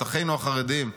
את אחינו החרדים.